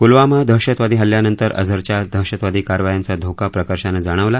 पुलवामा दहशतवादी हल्ल्यानंतर अझरच्या दहशतवादी कारवायांचा धोका प्रकर्षानं जाणवला